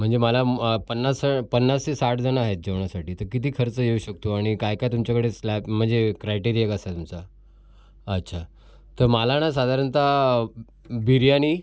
म्हणजे मला पन्नास पन्नास ते साठजणं आहेत जेवणासाठी तर किती खर्च येऊ शकतो आणि काय काय तुमच्याकडे स्लॅप म्हणजे क्रायटेरिया कसा आहे तुमचा अच्छा तर मला ना साधारणतः बिर्याणी